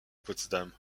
potsdam